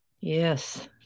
Yes